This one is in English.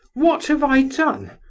what have i done?